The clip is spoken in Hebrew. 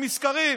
עם מזכרים,